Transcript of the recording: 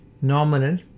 nominal